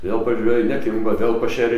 vėl pažvejojai nekimba vėl pašėrei